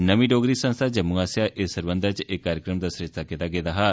नमीं डोगरी संस्था जम्मू आस्सेआ इस सरबंधै च इक कार्यक्रम दा सरिस्ता कीता गेदा हा